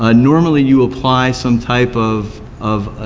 ah normally you apply some type of of